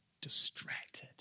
distracted